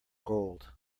gold